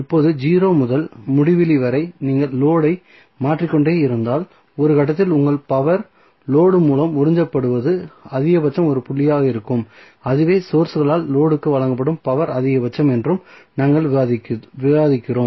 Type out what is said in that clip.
இப்போது 0 முதல் முடிவிலி வரை நீங்கள் லோடு ஐ மாற்றிக் கொண்டே இருந்தால் ஒரு கட்டத்தில் உங்கள் பவர் லோடு மூலம் உறிஞ்சப்படுவது அதிகபட்சம் ஒரு புள்ளியாக இருக்கும் அதுவே சோர்ஸ்களால் லோடு க்கு வழங்கப்படும் பவர் அதிகபட்சம் என்றும் நாங்கள் விவாதிக்கிறோம்